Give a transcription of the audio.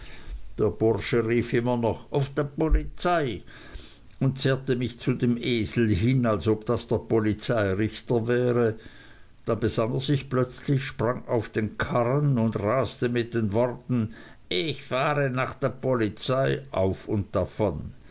der bursche rief immer noch uff de polizei und zerrte mich zu dem esel hin als ob das der polizeirichter wäre dann besann er sich plötzlich sprang auf den karren und raste mit den worten ick fahre nach de polizei auf und davon